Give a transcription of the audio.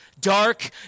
Dark